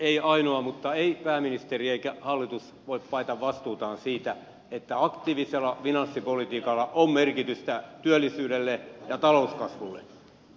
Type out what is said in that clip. ei ainoa mutta ei pääministeri eikä hallitus voi paeta vastuutaan siitä että aktiivisella finanssipolitiikalla on merkitystä työllisyydelle ja talouskasvulle